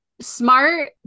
smart